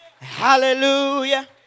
Hallelujah